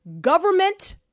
government